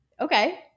Okay